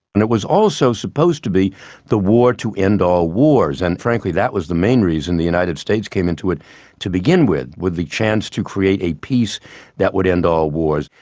and it was also supposed to be the war to end all wars, and frankly, that was the main reason the united states came into it to begin with, with the chance to create a peace that would end all wars.